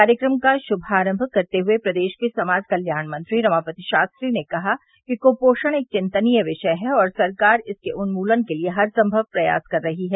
कार्यक्रम का शुभारम्म करते हुए प्रदेश के समाज कल्याण मंत्री रमापति शास्त्री ने कहा कि क्पोषण एक विन्तनीय विषय है और सरकार इसके उन्मूलन के लिए हर समय प्रयास कर रही है